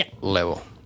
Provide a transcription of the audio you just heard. level